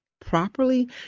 properly